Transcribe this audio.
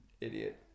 idiot